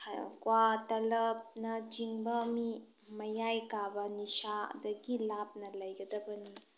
ꯀ꯭ꯋꯥ ꯇꯂꯞꯅꯆꯤꯡꯕ ꯃꯤ ꯃꯌꯥꯏ ꯀꯥꯕ ꯅꯤꯁꯥꯗꯒꯤ ꯂꯥꯞꯅ ꯂꯩꯒꯗꯕꯅꯤ